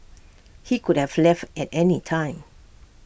he could have left at any time